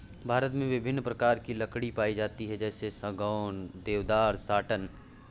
भारत में विभिन्न प्रकार की लकड़ी पाई जाती है जैसे सागौन, देवदार, साटन